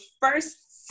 first